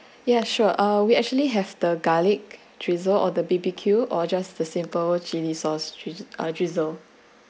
ya sure uh we actually have the garlic drizzle or the B B Q or just the simple chilli sauce uh drizzle